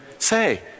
say